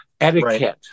etiquette